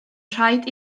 rhaid